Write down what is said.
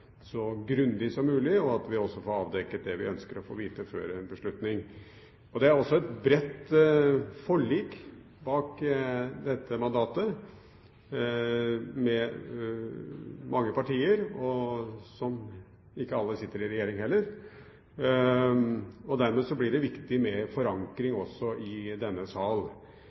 så grundig som mulig, og at vi også får avdekket det vi ønsker å få vite, før en beslutning. Det er også et bredt forlik bak dette mandatet, med mange partier, som ikke alle sitter i regjering heller. Dermed blir det viktig med forankring også i denne sal.